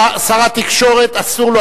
שר התקשורת, אסור לו.